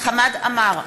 חמד עמאר,